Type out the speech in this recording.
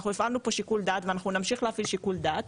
אנחנו הפעלנו פה שיקול דעת ואנחנו נמשיך להפעיל שיקול דעת,